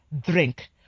drink